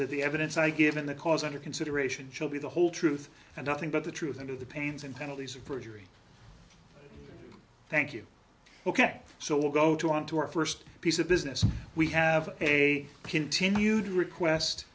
that the evidence i give in the cause under consideration shall be the whole truth and nothing but the truth under the pains and penalties of perjury thank you ok so we'll go to onto our first piece of business we have a continued request